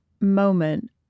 moment